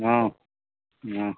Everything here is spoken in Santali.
ᱦᱮᱸ ᱦᱮᱸ